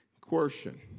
Question